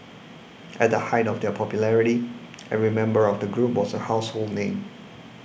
at the height of their popularity every member of the group was a household name